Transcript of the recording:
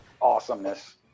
awesomeness